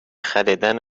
خریدن